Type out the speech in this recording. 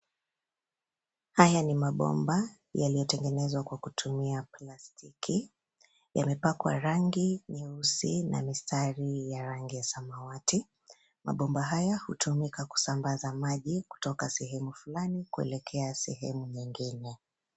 Haya ni mabomba yaliyotengenezwa kwa kutumia plastiki. Yamepakwa rangi nyeusi na mistari ya rangi ya samawati .Mabomba haya hutumika kusambaza maji kutoka sehemu fulani kuelekea sehemu nyingine.